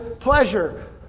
pleasure